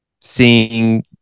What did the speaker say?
seeing